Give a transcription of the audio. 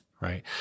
right